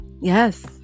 Yes